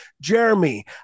Jeremy